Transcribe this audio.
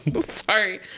sorry